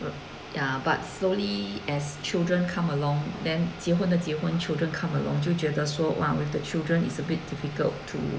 ya but slowly as children come along then 结婚的结婚 children come along 就觉得说 !wah! with the children is a bit difficult to